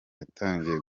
yatangiye